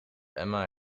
emma